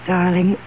Darling